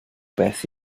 beth